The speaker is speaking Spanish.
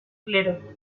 clero